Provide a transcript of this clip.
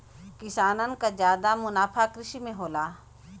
किसानन क जादा मुनाफा कृषि में होला